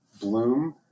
Bloom